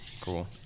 cool